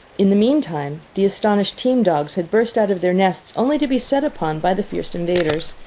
in the meantime the astonished team-dogs had burst out of their nests only to be set upon by the fierce invaders.